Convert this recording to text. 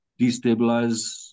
destabilize